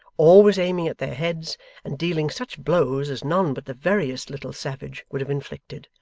always aiming at their heads and dealing such blows as none but the veriest little savage would have inflicted.